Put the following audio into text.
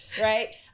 right